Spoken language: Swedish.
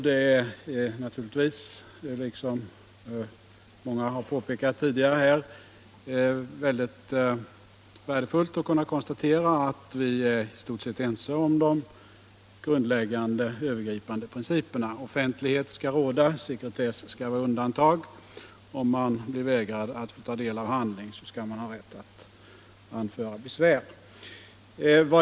Det är naturligtvis, såsom många tidigare i debatten har påpekat, mycket värdefullt att kunna konstatera att vi i stort sett är ense om de grundläggande och övergripande principerna: offentlighet skall råda och sekretess skall vara utantag — om man blir vägrad att ta del av handling, skall man ha rätt att anföra besvär.